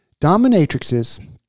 Dominatrixes